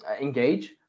engage